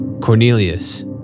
Cornelius